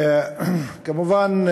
כמובן,